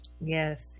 Yes